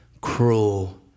cruel